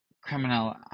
Criminal